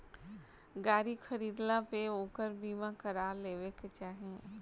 गाड़ी खरीदला पे ओकर बीमा करा लेवे के चाही